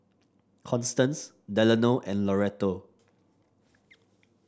Constance Delano and Loretto